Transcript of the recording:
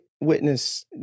witness